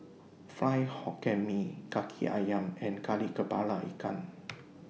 Fried Hokkien Mee Kaki Ayam and Kari Kepala Ikan